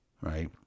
right